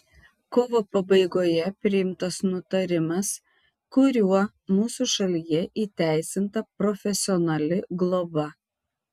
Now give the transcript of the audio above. kovo pabaigoje priimtas nutarimas kuriuo mūsų šalyje įteisinta profesionali globa